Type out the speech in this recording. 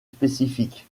spécifique